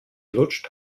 lutscht